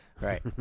Right